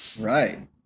Right